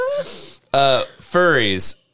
Furries